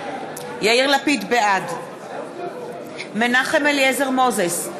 בעד מנחם אליעזר מוזס,